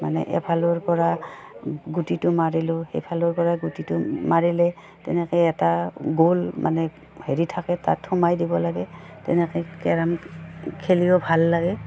মানে এফালৰ পৰা গুটিটো মাৰিলোঁ সেইফালৰ পৰা গুটিটো মাৰিলে তেনেকৈ এটা গ'ল মানে হেৰি থাকে তাত সোমাই দিব লাগে তেনেকৈ কেৰম খেলিও ভাল লাগে